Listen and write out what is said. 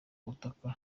ubutaka